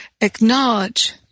acknowledge